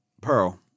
Pearl